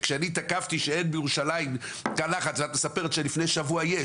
כשאני תקפתי שאין בירושלים תא לחץ ואת מספרת שמלפני שבוע יש,